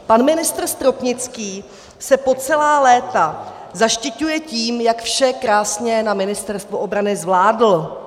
Pan ministr Stropnický se po celá léta zaštiťuje tím, jak vše krásně na Ministerstvu obrany zvládl.